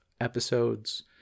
episodes